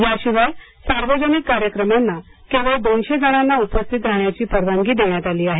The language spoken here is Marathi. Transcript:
या शिवाय सार्वजनिक कार्यक्रमांना केवळ दोनशे जणांना उपस्थित राहण्याची परवानगी देण्यात आली आहे